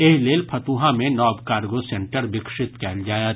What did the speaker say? एहि लेल फतुहा मे नव कार्गो सेंटर विकसित कयल जायत